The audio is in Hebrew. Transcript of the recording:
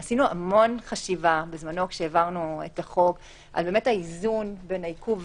עשינו המון חשיבה בזמנו כשהעברנו את החוק על האיזון בין העיכוב